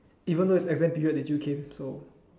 even though is exam period they still came so